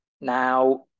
Now